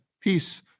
peace